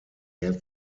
had